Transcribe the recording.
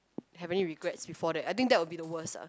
have any regrets before that I think that will be the worst ah